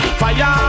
fire